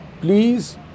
please